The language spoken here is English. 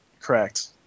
Correct